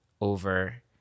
over